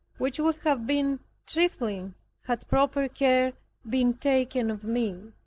which would have been trifling had proper care been taken of me.